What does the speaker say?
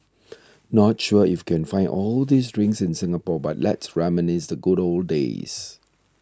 not sure if you can find all these drinks in Singapore but let's reminisce the good old days